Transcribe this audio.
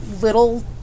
little